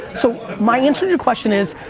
so my answer to your question is,